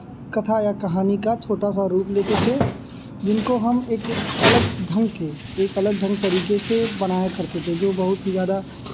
कथा या कहानी का छोटा सा रूप लेते थे जिनको हम एक अलग ढंग के एक अलग ढंग तरीके से बनाया करते थे जो बहुत ही ज़्यादा